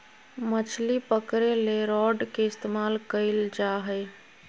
मछली पकरे ले रॉड के इस्तमाल कइल जा हइ